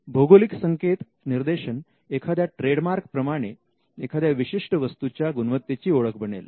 भौगोलिक संकेत निर्देश एखाद्या ट्रेडमार्क प्रमाणे एखाद्या विशिष्ट वस्तूच्या गुणवत्तेची ओळख बनेल